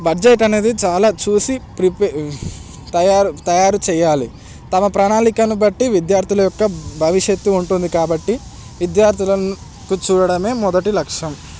budget అనేది చాలా చూసి ప్రిపే తయారు తయారు చేయాలి తమ ప్రణాళికను బట్టి విద్యార్థులు యొక్క భవిష్యత్తు ఉంటుంది కాబట్టి విద్యార్థులను చూడడమే మొదటి లక్ష్యం